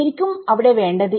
ശരിക്കും അവിടെ വേണ്ടത്